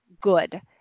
good